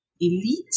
elite